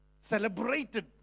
celebrated